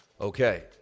Okay